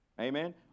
Amen